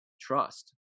trust